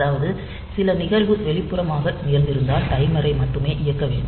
அதாவது சில நிகழ்வு வெளிப்புறமாக நிகழ்ந்திருந்தால் டைமரை மட்டுமே இயக்க வேண்டும்